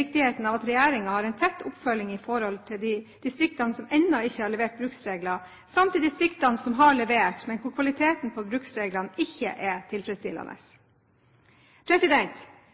viktigheten av at regjeringen har en tett oppfølging av de distriktene som ennå ikke har levert bruksregler, samt de distriktene som har levert, men hvor kvaliteten på bruksreglene ikke er tilfredsstillende.